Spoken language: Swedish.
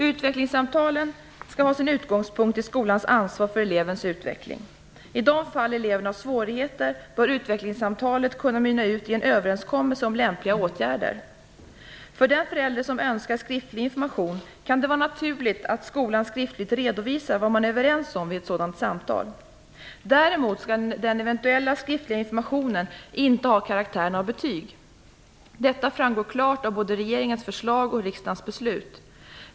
Utvecklingssamtalen skall ha sin utgångspunkt i skolans ansvar för elevens utveckling. I de fall eleven har svårigheter bör utvecklingssamtalet kunna mynna ut i en överenskommelse om lämpliga åtgärder. För den förälder som önskar skriftlig information kan det vara naturligt att skolan skriftligt redovisar vad man är överens om vid ett sådant samtal. Däremot skall den eventuella skriftliga informationen inte ha karaktären av betyg. Detta framgår klart av både regeringens förslag och riksdagens beslut.